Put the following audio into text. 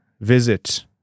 visit